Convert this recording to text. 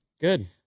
Good